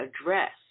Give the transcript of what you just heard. address